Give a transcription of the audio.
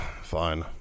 Fine